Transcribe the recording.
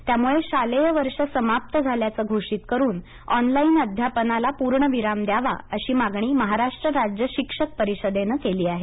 त्यामुळे शालेय वर्ष समाप्त झाल्याचं घोषित करूनऑनलाइन अध्यापनाला पूर्णविराम द्यावा अशी मागणी महाराष्ट्र राज्य शिक्षक परिषदेनं केली आहे